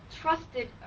trusted